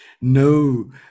No